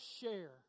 share